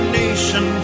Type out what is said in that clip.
nation